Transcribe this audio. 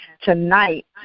tonight